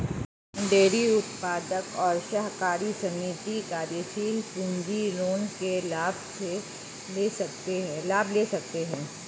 dairy उत्पादक और सहकारी समिति कार्यशील पूंजी ऋण के लाभ ले सकते है